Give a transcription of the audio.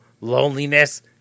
loneliness